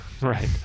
right